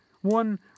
one